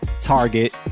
target